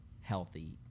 healthy